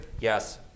Yes